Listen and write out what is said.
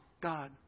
God